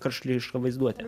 karštligiška vaizduotė